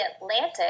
Atlantic